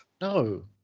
No